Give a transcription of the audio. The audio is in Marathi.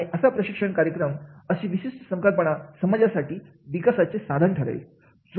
आणि असा प्रशिक्षण कार्यक्रम असं विशिष्ट संकल्पना समाजासाठी विकासाचे साधन ठरेल